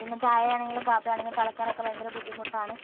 പിന്നെ ചായ ആണെങ്കിലും കാപ്പി ആണെങ്കിലും തിളയ്ക്കാനൊക്കെ ഭയങ്കര ബുദ്ധിമുട്ടാണ്